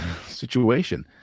situation